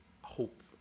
hope